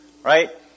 Right